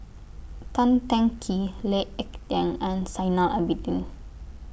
Tan Teng Kee Lee Ek Tieng and Zainal Abidin